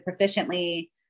proficiently